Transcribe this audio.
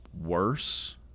worse